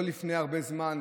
לא לפני הרבה זמן,